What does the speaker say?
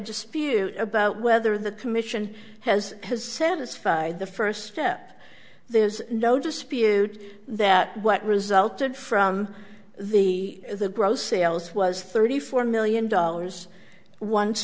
spirit about whether the commission has has satisfied the first step there's no dispute that what resulted from the the gross sales was thirty four million dollars once